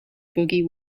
boogie